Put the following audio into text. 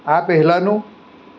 આ પહેલાંનું